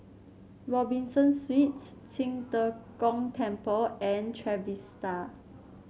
Robinson Suites Qing De Gong Temple and Trevista